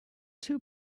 two